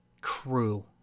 crew